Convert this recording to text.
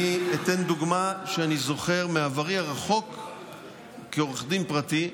אני אתן דוגמה שאני זוכר בעברי הרחוק כעורך דין פרטי.